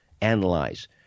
analyze